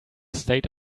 state